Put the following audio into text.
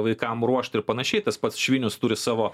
vaikam ruošt ir panašiai tas pats švinius turi savo